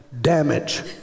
damage